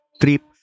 trip